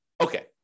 Okay